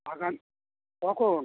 সকাল কখন